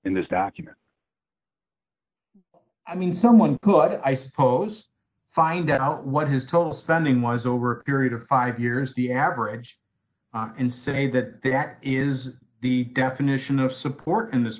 in this document i mean someone who i spoke to find out what his total spending was over a period of five years the average in say that that is the definition of support in this